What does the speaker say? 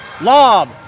lob